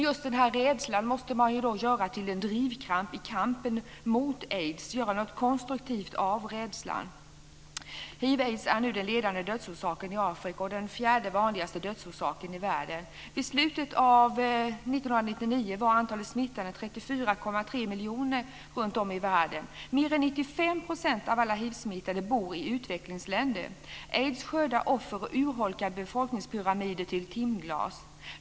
Just rädslan måste vi göra till en drivkraft i kampen mot aids, göra något konstruktivt av den. Hiv/aids är den nu ledande dödsorsaken i Afrika och den fjärde vanligaste dödsorsaken i världen. Vid slutet av 1999 var antalet smittade 34,3 miljoner runt om i världen. Mer än 95 % av alla hivsmittade bor i utvecklingsländer. Aids skördar offer och urholkar befolkningspyramider till timglas.